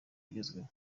agezweho